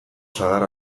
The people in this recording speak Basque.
sagar